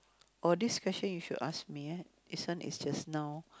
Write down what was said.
or this question you should ask me eh this one is just now